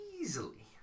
Easily